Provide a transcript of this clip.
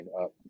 up